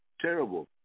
terrible